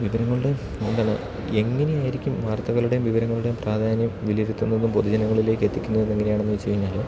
വിവരങ്ങളുടെ എങ്ങനെയായിരിക്കും വാർത്തകളുടെയും വിവരങ്ങളുടെയും പ്രാധാന്യം വിലയിരുത്തുന്നതും പൊതുജനങ്ങളിലേക്ക് എത്തിക്കുന്നത് എങ്ങനെയാണെന്നു വെച്ച് കഴിഞ്ഞാൽ